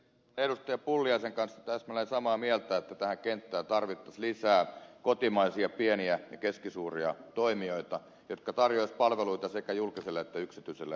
pulliaisen kanssa täsmälleen samaa mieltä että tähän kenttään tarvittaisiin lisää kotimaisia pieniä ja keskisuuria toimijoita jotka tarjoaisivat palveluita sekä julkiselle että yksityiselle sektorille